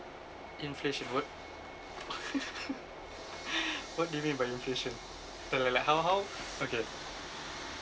inflation what what do you mean by inflation uh li~ like how how okay